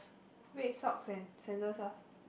wait socks and sandals ah